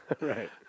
Right